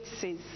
says